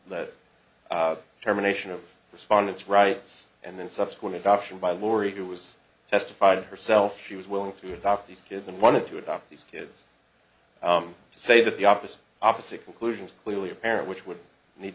that led terminations of respondents rights and then subsequent adoption by lori who was testified herself she was willing to adopt these kids and wanted to adopt these kids to say that the obvious opposite conclusion is clearly apparent which would need